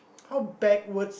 how backwards